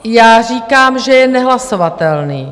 Já říkám, že je nehlasovatelný.